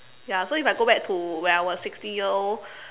ya so if I go back to when I was sixteen year old